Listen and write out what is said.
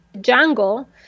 jungle